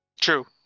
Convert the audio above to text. True